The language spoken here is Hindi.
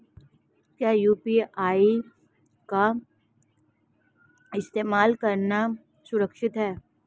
क्या यू.पी.आई का इस्तेमाल करना सुरक्षित है?